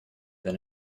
than